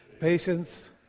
patience